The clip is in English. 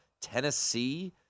Tennessee